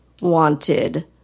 wanted